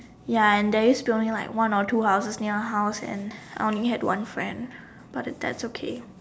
ya and there used to only like one or two houses near her house and I only had one friend but that's okay